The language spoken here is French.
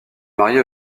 mariée